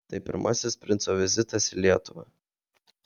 tai pirmasis princo vizitas į lietuvą